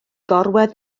gorwedd